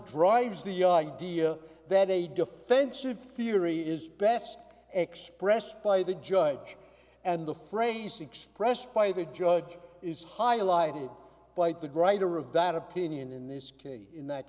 drives the yard idea that a defensive theory is best expressed by the judge and the phrase expressed by the judge is highlighted by the greater of that opinion in this case in that